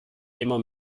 immer